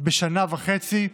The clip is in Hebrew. בשנה וחצי,